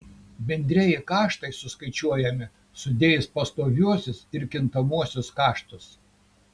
bendrieji kaštai suskaičiuojami sudėjus pastoviuosius ir kintamuosius kaštus